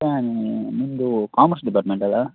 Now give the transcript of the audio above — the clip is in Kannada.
ನಿಮ್ಮದು ಕಾಮರ್ಸ್ ಡಿಪಾರ್ಟ್ಮೆಂಟ್ ಅಲಾ